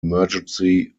emergency